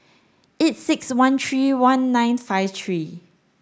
eight six one three one nine five three